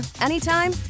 anytime